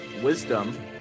wisdom